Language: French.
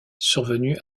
survenus